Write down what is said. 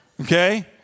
okay